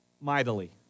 mightily